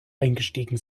eingestiegen